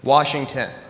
Washington